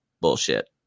bullshit